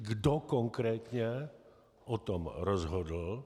Kdo konkrétně o tom rozhodl.